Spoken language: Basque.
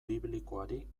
biblikoari